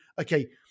okay